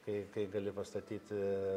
kai kai gali pastatyti